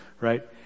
right